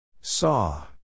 Saw